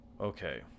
Okay